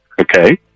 Okay